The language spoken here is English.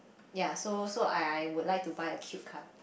ya so so I I would like to buy a cute car